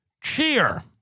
Cheer